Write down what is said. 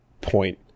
point